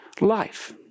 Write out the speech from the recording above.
life